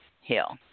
Hill